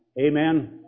Amen